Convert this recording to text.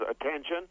attention